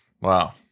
Wow